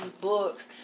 books